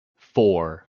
four